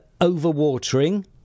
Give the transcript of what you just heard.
over-watering